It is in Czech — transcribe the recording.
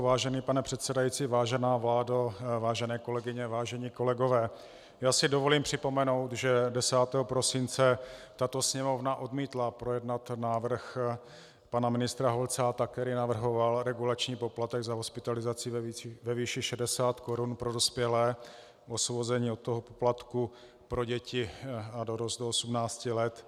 Vážený pane předsedající, vážená vládo, vážené kolegyně, vážení kolegové, dovolím si připomenout, že 10. prosince tato Sněmovna odmítla projednat návrh pana ministra Holcáta, který navrhoval regulační poplatek za hospitalizaci ve výši 60 korun pro dospělé, osvobození poplatku pro děti a dorost do 18 let.